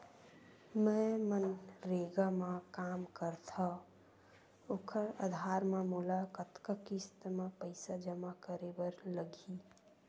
मैं मनरेगा म काम करथव, ओखर आधार म मोला कतना किस्त म पईसा जमा करे बर लगही?